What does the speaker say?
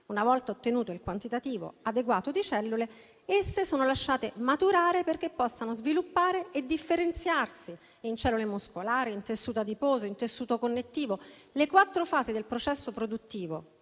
Una volta ottenuto il quantitativo adeguato di cellule, esse sono lasciate maturare perché possano sviluppare e differenziarsi in cellule muscolari, in tessuto adiposo, in tessuto connettivo. Le quattro fasi del processo produttivo